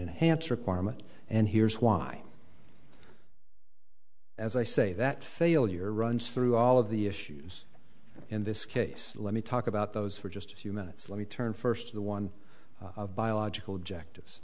enhanced requirement and here's why as i say that failure runs through all of the issues in this case let me talk about those for just a few minutes let me turn first to the one of biological objectives